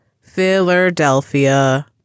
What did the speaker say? Philadelphia